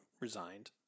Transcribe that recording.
resigned